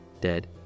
dead